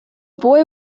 boy